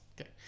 Okay